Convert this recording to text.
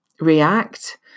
react